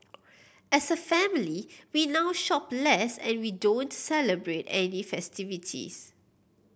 as a family we now shop less and we don't celebrate any festivities